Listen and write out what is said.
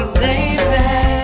baby